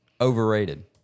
Overrated